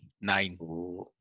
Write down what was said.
Nine